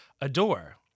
Adore